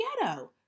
ghetto